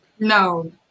No